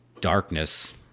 darkness